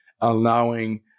allowing